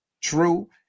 True